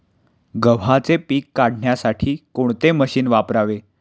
गव्हाचे पीक काढण्यासाठी कोणते मशीन वापरावे?